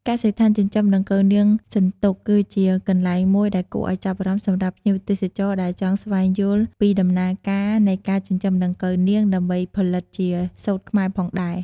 កសិដ្ឋានចិញ្ចឹមដង្កូវនាងសន្ទុក គឺជាកន្លែងមួយដែលគួរឲ្យចាប់អារម្មណ៍សម្រាប់ភ្ញៀវទេសចរដែលចង់ស្វែងយល់ពីដំណើរការនៃការចិញ្ចឹមដង្កូវនាងដើម្បីផលិតជាសូត្រខ្មែរផងដែរ។